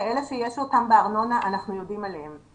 אלה שהן בארנונה, אנחנו יודעים עליהן.